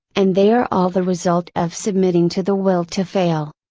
and they are all the result of submitting to the will to fail.